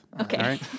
Okay